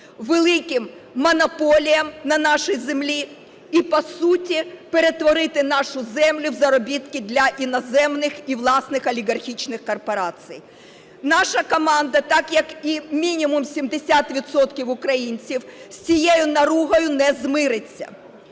великим монополіям на нашій землі і по суті перетворити нашу землю в заробітки для іноземних і власних олігархічних корпорацій. Наша команда так, як і мінімум 70 відсотків українців, з цією наругою не змириться.